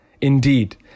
Indeed